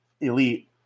Elite